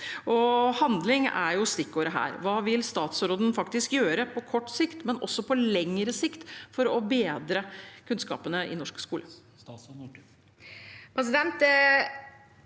Handling er stikkordet her. Hva vil statsråden gjøre på både kort og lengre sikt for å forbedre kunnskapene i norsk skole?